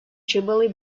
jubilee